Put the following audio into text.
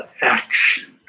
action